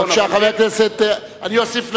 בבקשה, חבר הכנסת, אני אוסיף לך,